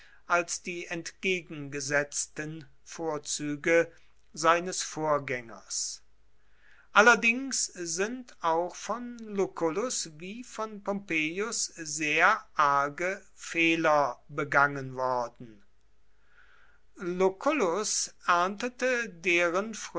als die entgegengesetzten vorzüge seines vorgängers allerdings sind auch von lucullus wie von pompeius sehr arge fehler begangen worden lucullus erntete deren